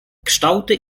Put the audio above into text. kształty